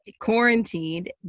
quarantined